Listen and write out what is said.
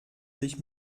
sich